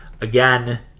again